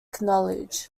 knowledge